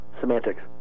semantics